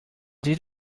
did